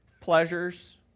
pleasures